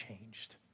changed